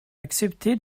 accepté